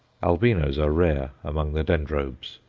albinos are rare among the dendrobes.